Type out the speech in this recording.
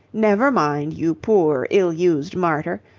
never mind, you poor ill-used martyr.